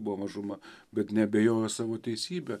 buvo mažuma bet neabejojo savo teisybe